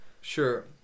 Sure